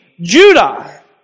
Judah